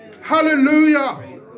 hallelujah